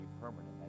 permanent